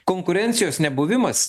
konkurencijos nebuvimas